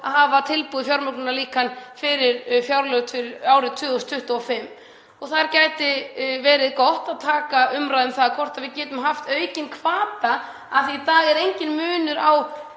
að hafa tilbúið fjármögnunarlíkan fyrir fjárlög árið 2025. Þar gæti verið gott að taka umræðu um það hvort við getum haft aukinn hvata. Í dag er enginn munur á